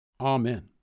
Amen